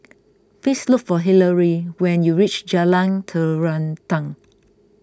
please look for Hillery when you reach Jalan Terentang